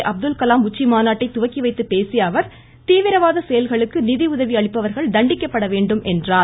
J Abdul Kalam உச்சிமாநாட்டை துவக்கிவைத்து பேசிய அவர் தீவிரவாத செயல்களுக்கு நிதி உதவி அளிப்பவர்கள் தண்டிக்கப்பட வேண்டும் என்றார்